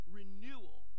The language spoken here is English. renewal